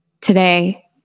today